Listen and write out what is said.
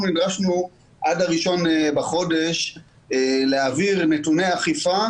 אנחנו נדרשנו עד ה-1 בחודש להעביר נתוני אכיפה